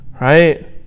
Right